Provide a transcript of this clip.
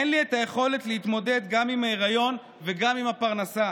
אין לי את היכולת להתמודד גם עם ההיריון וגם עם הפרנסה.